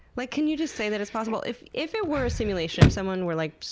like can you just say that it's possible? if if it were a simulation, if someone were like,